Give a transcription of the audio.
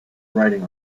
writing